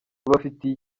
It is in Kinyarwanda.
babafitiye